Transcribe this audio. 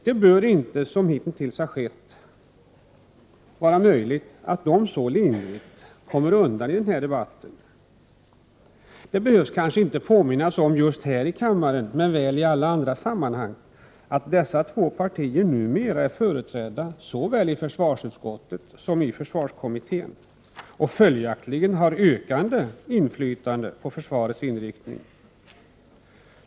Det bör inte för dessa partier, som hitintills har varit fallet, vara möjligt att komma så lindrigt undan i denna debatt. Man behöver inte här i kammaren — men väl i alla andra sammanhang — påminna om att dessa två partier numera är företrädda såväl i försvarsutskottet som i försvarskommittén. Följaktligen har partierna ökat inflytande på försvarets inriktning.